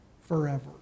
forever